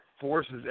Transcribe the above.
forces